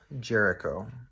Jericho